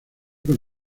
con